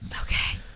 Okay